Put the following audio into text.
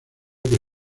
que